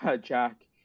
Jack